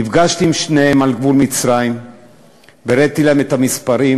נפגשתי עם שניהם על גבול מצרים והראיתי להם את המספרים,